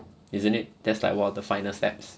isn't it that's like one of the final steps